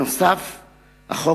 נוסף על כך,